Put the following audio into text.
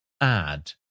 add